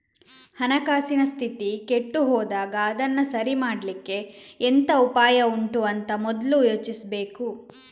ಹಣಕಾಸಿನ ಸ್ಥಿತಿ ಕೆಟ್ಟು ಹೋದಾಗ ಅದನ್ನ ಸರಿ ಮಾಡ್ಲಿಕ್ಕೆ ಎಂತ ಉಪಾಯ ಉಂಟು ಅಂತ ಮೊದ್ಲು ಯೋಚಿಸ್ಬೇಕು